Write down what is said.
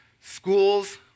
Schools